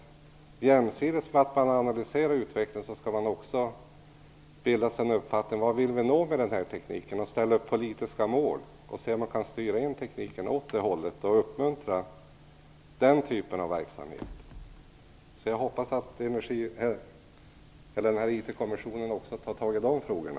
Jämsides med att man analyserar utvecklingen skall man också bilda sig en uppfattning om vad vi vill nå med den här tekniken och ställa upp politiska mål. Det gäller att se om man kan styra in tekniken åt det hållet och uppmuntra den typen av verksamhet. Jag hoppas att IT-kommissionen också tar tag i de frågorna.